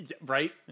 Right